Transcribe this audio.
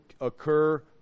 occur